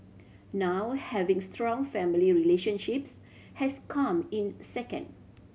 now having strong family relationships has come in second